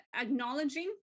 acknowledging